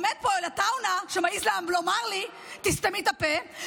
עומד פה עטאונה, שמעז לומר לי "תסתמי את הפה".